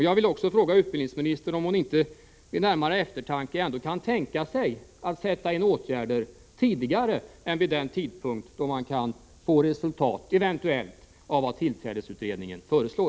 Jag vill också fråga utbildningsministern om hon inte vid närmare eftertanke ändå kan gå med på att sätta in åtgärder tidigare än vid den tidpunkt då man eventuellt kan få ett resultat av vad tillträdesutredningen föreslår.